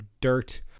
dirt